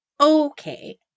Okay